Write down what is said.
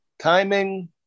Timing